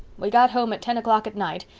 we got home at ten o'clock at night,